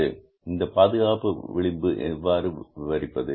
இந்த பாதுகாப்பு விளிம்பு எவ்வாறு விவரிப்பது